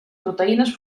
proteïnes